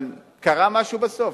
אבל קרה משהו בסוף.